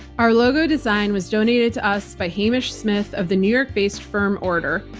our logo design was donated to us by hamish smyth of the new york-based firm, order.